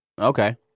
Okay